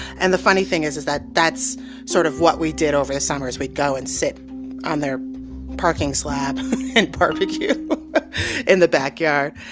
and the funny thing is is that that's sort of what we did over the summer, is we'd go and sit on their parking slab and barbecue in the backyard.